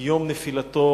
יום נפילתו